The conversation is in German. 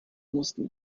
mussten